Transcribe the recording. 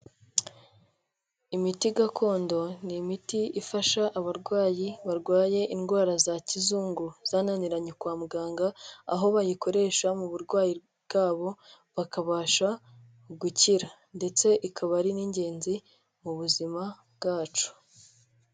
Imiti gakondo ni imiti ifasha abarwayi barwaye indwara za kizungu zananiranye kwa muganga, aho bayikoresha mu burwayi bwabo bakabasha gukira. Ndetse ikaba ari n'ingenzi mu buzima bwacu.